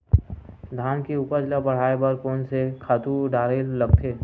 धान के उपज ल बढ़ाये बर कोन से खातु डारेल लगथे?